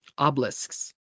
obelisks